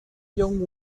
jong